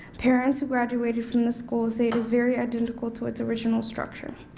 parents who graduated from the school say it is very identical to its original structure.